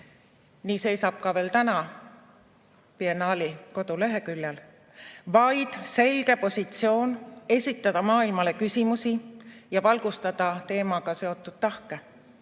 nii seisab ka veel täna biennaali koduleheküljel –, vaid selge positsioon esitada maailmale küsimusi ja valgustada selle teemaga seotud tahke.